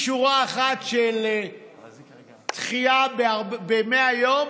משורה אחת של דחייה ב-100 יום